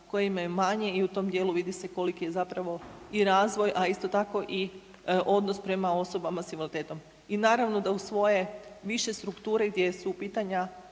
koje imaju manje i u tom dijelu vidi se koliki je razvoj, a isto tako i odnos prema osobama s invaliditetom. I naravno da u svoje više strukture gdje su pitanja